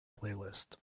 playlist